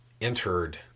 entered